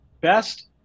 best